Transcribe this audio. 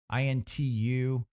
Intu